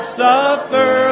suffer